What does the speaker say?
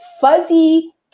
fuzzy